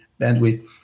bandwidth